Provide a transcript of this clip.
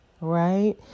right